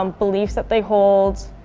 um beliefs that they hold.